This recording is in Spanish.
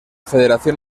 federación